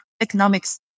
economics